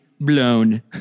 blown